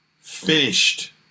finished